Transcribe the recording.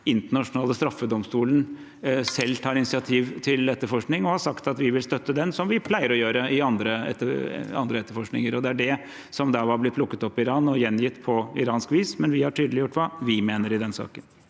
internasjonale straffedomstolen selv tar initiativ til etterforskning, vil vi støtte det, som vi pleier å gjøre i andre etterforskninger. Det er det som har blitt plukket opp av Iran og gjengitt på iransk vis, men vi har tydeliggjort hva vi mener i den saken.